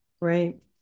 Right